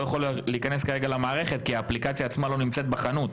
לא יכול להיכנס למערכת כי האפליקציה עצמה לא נמצאת בחנות.